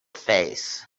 face